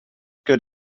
good